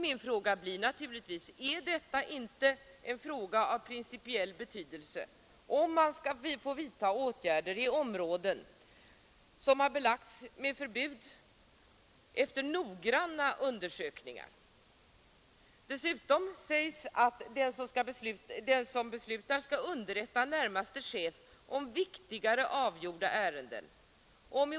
Min fråga blir naturligtvis: Är det inte en fråga av principiell betydelse, om man skall få vidta åtgärder i områden som efter noggranna undersökningar har belagts med förbud mot sådana? Vidare sägs att den som beslutar skall underrätta närmaste chef om viktigare avgjorda ärenden.